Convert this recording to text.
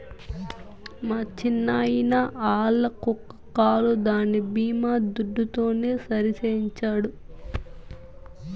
మా చిన్నాయిన ఆల్ల కుక్క కాలు దాని బీమా దుడ్డుతోనే సరిసేయించినాడు